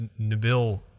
Nabil